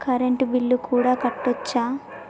Current bill కూడా కట్టొచ్చా?